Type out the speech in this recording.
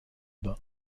bas